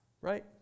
right